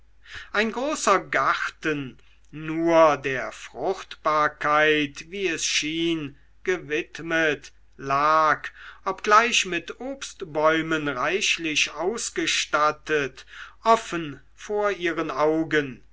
ein großer garten nur der fruchtbarkeit wie es schien gewidmet lag obgleich mit obstbäumen reichlich ausgestattet offen vor ihren augen